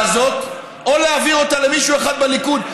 הזאת או להעביר אותה למישהו אחר בליכוד.